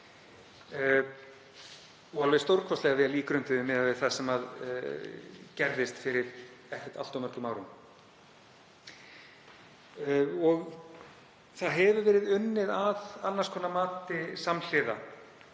og alveg stórkostlega vel ígrunduðum miðað við það sem gerðist fyrir ekkert allt of mörgum árum. Unnið hefur verið að annars konar mati samhliða